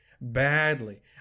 Badly